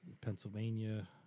Pennsylvania